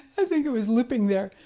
i think it was looping there.